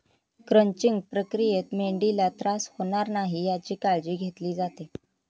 crunching प्रक्रियेत मेंढीला त्रास होणार नाही याची काळजी घेतली जाते